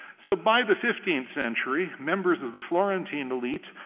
so by the fifteenth century, members of the florentine elite,